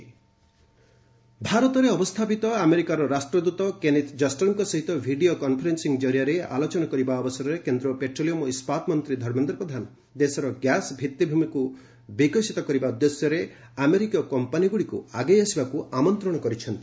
gas ଭିତ୍ତିଭୂମିର ବିକାଶ ଭାରତରେ ଅବସ୍ଥାପିତ ଆମେରିକାର ରାଷ୍ଟ୍ରଦୂତ କେନିଥ୍ ଜଷ୍ଟରଙ୍କ ସହିତ ଭିଡ଼ିଓ କନ୍ଫରେନ୍ ି ଜରିଆରେ ଆଲୋଚନା କରିବା ଅବସରରେ କେନ୍ଦ୍ର ପେଟ୍ରୋଲିୟମ୍ ଓ ଇସ୍କାତ୍ ମନ୍ତ୍ରୀ ଧର୍ମେନ୍ଦ୍ର ପ୍ରଧାନ ଦେଶର ଗ୍ୟାସ୍ ଭିଭିଭୂମିକୁ ବିକଶିତ ଉଦ୍ଦେଶ୍ୟର ପାଇଁ ଆମେରିକୀୟ କମ୍ପାନୀଗୁଡ଼ିକୁ ଆଗେଇ ଆସିବାକୁ ଆମନ୍ତ୍ରଣ କରିଛନ୍ତି